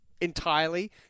entirely